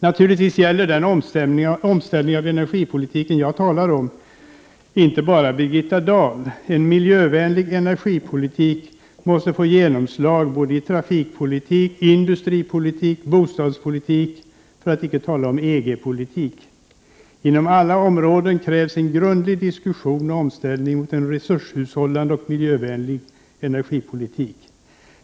Naturligtvis gäller den omställning av energipolitiken jag talar om inte bara Birgitta Dahl. En miljövänlig energipolitik måste få genomslag i både trafikpolitik, industripolitik och bostadspolitik för att inte tala om EG politik. Inom alla dessa områden krävs en grundlig diskussion och omställning mot en resurshushållande och miljövänlig energipolitik.